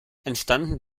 entstanden